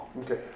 Okay